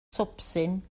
twpsyn